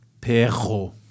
Perro